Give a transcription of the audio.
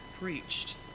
preached